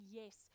yes